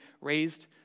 raised